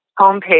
homepage